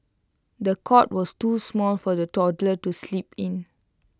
the cot was too small for the toddler to sleep in